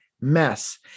mess